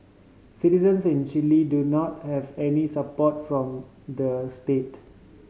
citizens in Chile do not have any support from the state